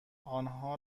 آنها